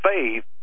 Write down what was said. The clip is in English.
faith